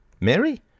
Mary